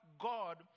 God